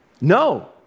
No